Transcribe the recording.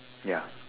ya